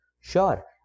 Sure